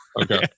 Okay